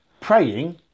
praying